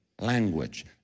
language